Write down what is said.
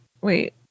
Wait